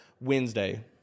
Wednesday